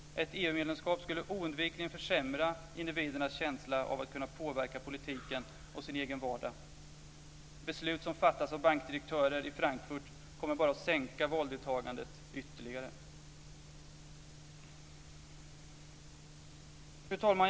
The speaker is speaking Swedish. Ett EMU-medlemskap skulle oundvikligen försämra individens känsla av att kunna påverka politiken och sin egen vardag. Beslut som fattas av bankdirektörer i Frankfurt kommer bara att sänka valdeltagandet ytterligare. Fru talman!